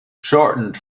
shortened